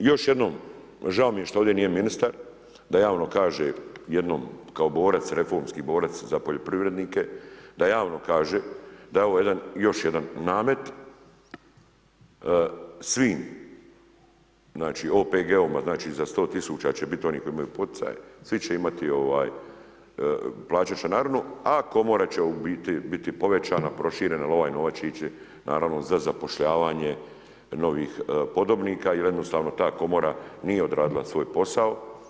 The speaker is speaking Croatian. Još jednom, žao mi je što ovdje nije ministar, da javno kaže jednom kao borac, reformski borac za poljoprivrednike, da javno kaže da je ovo jedan, još jedan namet svim znači OPG-ovima, znači za 100 tisuća će biti oni koji imaju poticaje, svi će imati, plaćati članarinu a komora će u biti biti povećana, proširena jer ovaj novac će ići naravno za zapošljavanje novih podobnika jer jednostavno ta komora nije odradila svoj posao.